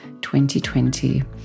2020